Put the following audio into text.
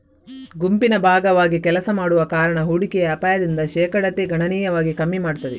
ಗುಂಪಿನ ಭಾಗವಾಗಿ ಕೆಲಸ ಮಾಡುವ ಕಾರಣ ಹೂಡಿಕೆಯ ಅಪಾಯದ ಶೇಕಡತೆ ಗಣನೀಯವಾಗಿ ಕಮ್ಮಿ ಮಾಡ್ತದೆ